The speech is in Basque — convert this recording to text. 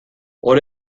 hor